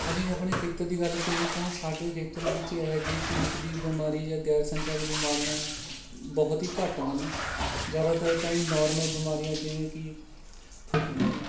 ਅਸੀਂ ਆਪਣੇ ਖੇਤਰ ਦੀ ਗੱਲ ਕਰੀਏ ਤਾਂ ਸਾਡੇ ਖੇਤਰ ਵਿੱਚ ਇਹੋ ਜਿਹੇ ਛੂਤ ਦੀ ਬਿਮਾਰੀ ਜਾਂ ਗੈਰ ਸੰਚਾਲਕ ਬਿਮਾਰੀਆਂ ਬਹੁਤ ਹੀ ਘੱਟ ਹਨ ਜ਼ਿਆਦਾਤਰ ਤਾਂ ਇਹ ਨੋਰਮਲ ਬਿਮਾਰੀਆਂ ਜਿਵੇਂ ਕਿ